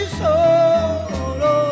solo